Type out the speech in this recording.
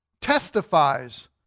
testifies